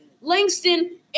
Langston